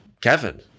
Kevin